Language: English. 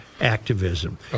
activism